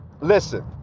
listen